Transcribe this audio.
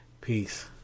Peace